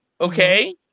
Okay